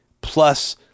plus